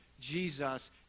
Jesus